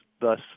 Thus